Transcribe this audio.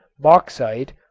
bauxite,